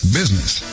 business